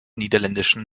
niederländischen